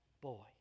boy